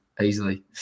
Easily